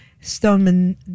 Stoneman